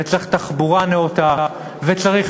וצריך